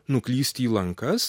nuklysti į lankas